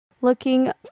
looking